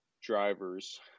drivers